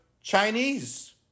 Chinese